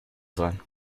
sein